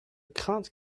crainte